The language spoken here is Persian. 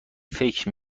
فکر